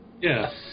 Yes